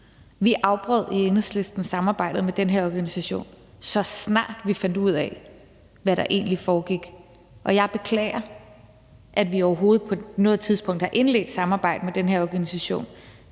Vi afbrød i Enhedslisten samarbejdet med den her organisation, så snart vi fandt ud af, hvad der egentlig foregik. Og jeg beklager, at vi overhovedet på noget tidspunkt har indledt samarbejde med den her organisation.